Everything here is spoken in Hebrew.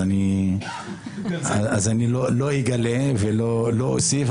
אז לא אגלה ולא אוסיף,